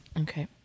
Okay